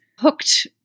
hooked